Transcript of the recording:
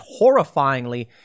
horrifyingly